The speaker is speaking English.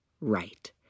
right